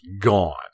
gone